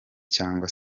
cyangwa